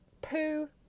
poo